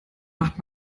macht